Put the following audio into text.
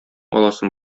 аласым